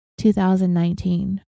2019